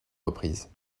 reprises